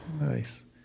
Nice